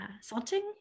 salting